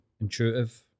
intuitive